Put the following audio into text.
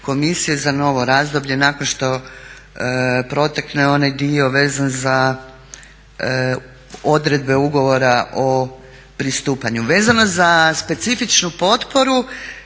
komisije za novo razdoblje nakon što protekne onaj dio vezan za odredbe ugovora o pristupanju. Vezano za specifičnu potporu